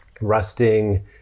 rusting